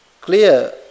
clear